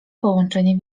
połączenie